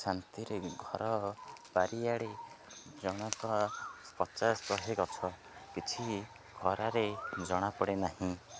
ଶାନ୍ତିରେ ଘର ବାରିଆଡ଼େ ଜଣକ ପଚାଶ ଶହେ ଗଛ କିଛି ଖରାରେ ଜଣାପଡ଼େ ନାହିଁ